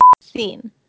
scene